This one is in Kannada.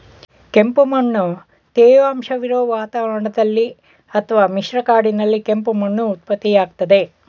ಕೆಂಪುಮಣ್ಣು ತೇವಾಂಶವಿರೊ ವಾತಾವರಣದಲ್ಲಿ ಅತ್ವ ಮಿಶ್ರ ಕಾಡಿನಲ್ಲಿ ಕೆಂಪು ಮಣ್ಣು ಉತ್ಪತ್ತಿಯಾಗ್ತದೆ